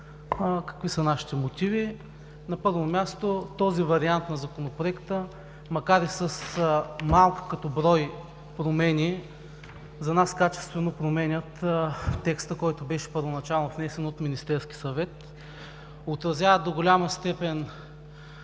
Какви са нашите мотиви? На първо място, този вариант на Законопроекта, макар и с малко като брой промени, за нас качествено променят текста, който беше внесен първоначално от Министерския съвет, отразява до голяма степен